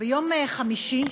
ביום חמישי,